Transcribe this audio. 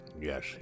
Yes